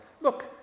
Look